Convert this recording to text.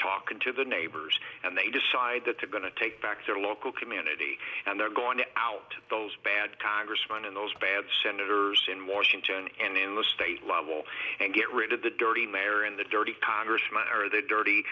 talking to the neighbors and they decide that to going to take back their local community and they're going to out those bad congressman and those bad senators in washington and in the state level and get rid of the dirty mayor and the dirty congressman or the dirty